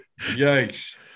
Yikes